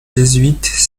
jésuites